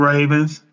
Ravens